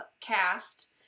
cast